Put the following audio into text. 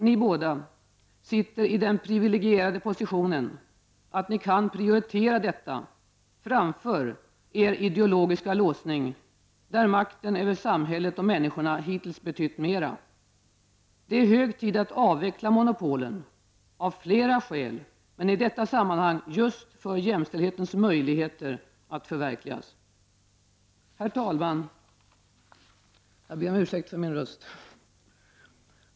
Ni båda har den privilegierade positionen att ni kan prioritera detta framför er ideologiska låsning -- makten över samhället och människorna har ju hittills betytt mera. Det är hög tid att avveckla monopolen -- av flera skäl, men i detta sammanhang just för möjligheterna att förverkliga jämställdheten. Herr talman!